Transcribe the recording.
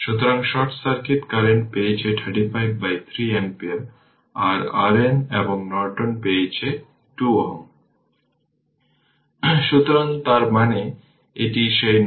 সুতরাং যেহেতু সার্কিটটি প্রাথমিকভাবে দীর্ঘ সময়ের জন্য ক্লোজ ছিল এবং সেই সময়ে ইন্ডাক্টর কীভাবে আচরণ করবে